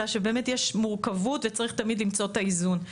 אלא שבאמת יש מורכבות וצריך תמיד למצוא את האיזון.